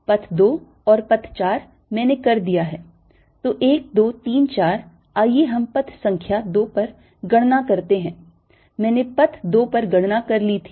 पथ 2 और पथ 4 मैंने कर दिया है तो 1 2 3 4 आइए हम पथ संख्या 2 पर गणना करते हैं मैंने पथ 2 पर गणना कर ली थी